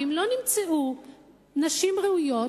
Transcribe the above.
ואם לא נמצאו נשים ראויות,